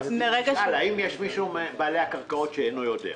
האם יש מישהו מבעלי הקרקעות שאינו יודע?